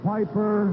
Piper